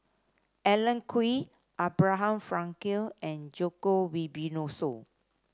Alan Oei Abraham Frankel and Djoko Wibisono